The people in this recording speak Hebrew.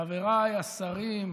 חבריי השרים,